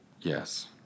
Yes